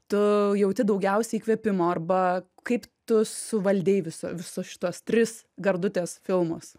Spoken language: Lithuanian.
tu jauti daugiausiai įkvėpimo arba kaip tu suvaldei visa visus šituos tris gardutės filmus